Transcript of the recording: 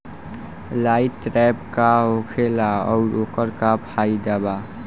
Light trap का होखेला आउर ओकर का फाइदा बा?